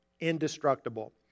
indestructible